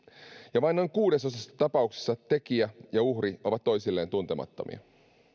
ja vain noin kuudesosassa tapauksista tekijä ja uhri ovat toisilleen tuntemattomia